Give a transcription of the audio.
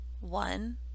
one